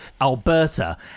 Alberta